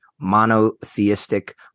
monotheistic